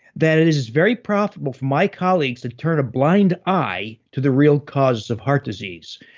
that is very profitable for my colleagues to turn a blind eye to the real causes of heart disease.